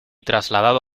trasladado